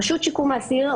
רשות שיקום האסיר,